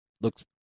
looks